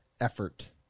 effort